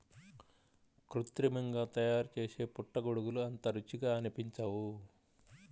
కృత్రిమంగా తయారుచేసే పుట్టగొడుగులు అంత రుచిగా అనిపించవు